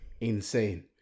insane